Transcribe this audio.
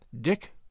Dick